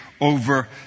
over